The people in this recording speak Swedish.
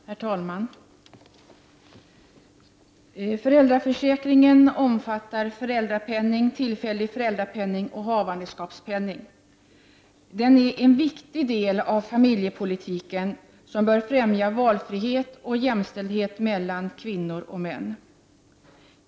Herr talman! Föräldraförsäkringen omfattar föräldrapenning, tillfällig föräldrapenning och havandeskapspenning. Den är en viktig del av familjepolitiken som bör främja valfrihet och jämställdhet mellan kvinnor och män.